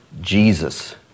Jesus